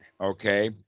Okay